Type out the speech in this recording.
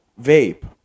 Vape